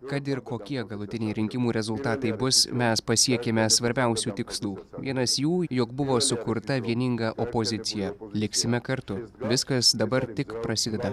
kad ir kokie galutiniai rinkimų rezultatai bus mes pasiekėme svarbiausių tikslų vienas jų jog buvo sukurta vieninga opozicija liksime kartu viskas dabar tik prasideda